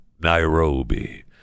Nairobi